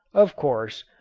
of course,